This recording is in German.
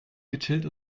gechillt